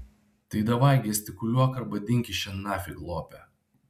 tai davai gestikuliuok arba dink iš čia nafig lope